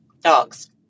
Dogs